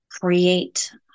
create